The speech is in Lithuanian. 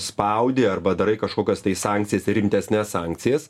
spaudi arba darai kažkokias tai sankcijas ir rimtesnes sankcijas